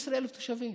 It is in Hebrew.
15,000 תושבים.